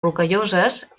rocalloses